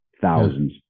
thousands